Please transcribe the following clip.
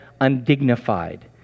undignified